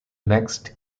next